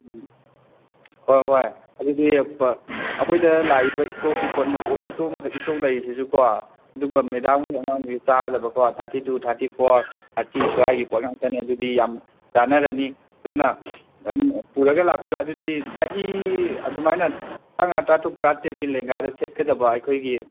ꯎꯝ ꯍꯣꯏ ꯍꯣꯏ ꯑꯗꯨꯗꯤ ꯑꯩꯈꯣꯏꯗ ꯂꯥꯛꯏꯕ ꯏꯁꯇꯣꯛꯀꯤ ꯄꯣꯠ ꯏꯁꯇꯣꯛ ꯃꯈꯩ ꯏꯁꯇꯣꯛ ꯂꯩꯔꯤꯁꯤꯁꯨꯀꯣ ꯑꯗꯨꯒ ꯃꯦꯗꯥꯝꯒꯒꯤ ꯑꯉꯥꯡꯒꯒꯤ ꯆꯥꯒꯗꯕꯀꯣ thirty two thirty four thirty ꯁ꯭ꯋꯥꯏꯒꯤ ꯄꯣꯠ ꯉꯥꯛꯇꯅꯦ ꯑꯗꯨꯗꯤ ꯌꯥꯝ ꯆꯥꯟꯅꯔꯅꯤ ꯑꯗꯨꯅ ꯑꯗꯨꯝ ꯄꯨꯔꯒ ꯂꯥꯛꯄꯤꯔꯣ ꯑꯗꯨꯗꯤ ꯆꯍꯤ ꯑꯗꯨꯃꯥꯏꯅ ꯇꯔꯥ ꯃꯉꯥ ꯇꯔꯥ ꯇꯔꯨꯛ ꯇꯔꯥ ꯇꯔꯦꯠꯀꯤ ꯂꯦꯡꯒꯗ ꯁꯦꯠꯀꯗꯕ ꯑꯩꯈꯣꯏꯒꯤ